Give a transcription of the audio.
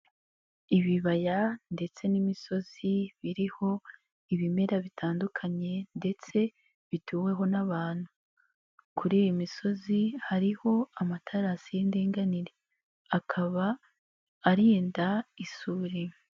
Ibibaya ndetse n'imisozi biriho ibimera bitandukanye ndetse bituweho n'abantu, kuri iyi misozi hariho amatarasi y'indinganire, akaba arinda isuri.